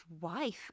wife